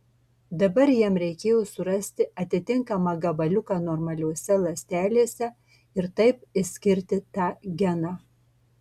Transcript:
dabar jam reikėjo surasti atitinkamą gabaliuką normaliose ląstelėse ir taip išskirti tą geną